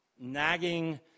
nagging